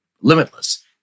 limitless